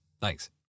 Thanks